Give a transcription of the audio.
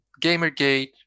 Gamergate